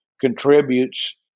contributes